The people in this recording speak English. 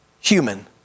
human